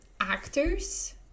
actors